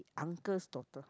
uncle's daughter